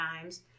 times